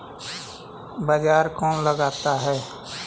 बाजार कौन लगाता है?